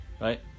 right